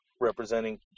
representing